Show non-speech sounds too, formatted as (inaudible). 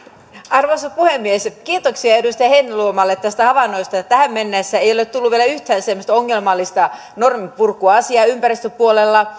arvoisa puhemies kiitoksia edustaja heinäluomalle tästä havainnosta että tähän mennessä ei ole tullut vielä yhtään semmoista ongelmallista norminpurkuasiaa ympäristöpuolella (unintelligible)